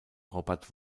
robert